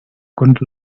couldn’t